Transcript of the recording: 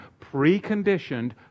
preconditioned